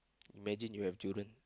imagine you have children